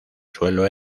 suelo